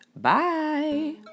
Bye